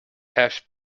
hash